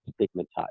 stigmatized